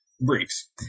briefs